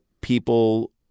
people